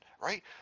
right